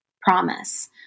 promise